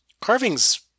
Carvings